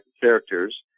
characters